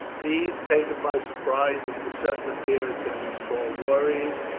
these, taken by surprise at the sudden appearance of these tall warriors,